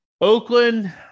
Oakland